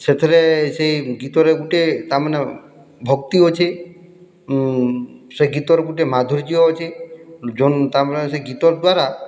ସେଥିରେ ସେ ଗୀତରେ ଗୁଟେ ତାମାନେ ଭକ୍ତି ଅଛେ ସେ ଗୀତ୍ର ଗୁଟେ ମାଧୁର୍ଯ୍ୟ ଅଛେ ସେ ଗୀତର୍ ଦ୍ୱାରା